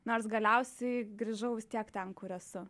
nors galiausiai grįžau vis tiek ten kur esu